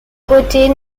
côtés